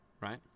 right